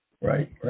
Right